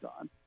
on